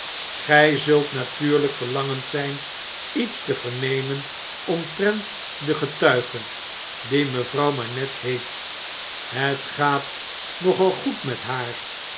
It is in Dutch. agij zult natuurlijk verlangend zp iets te vernemen omtrent de getuige die mejuffrouw manette heet het gaat nogal goed met haar